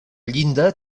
llinda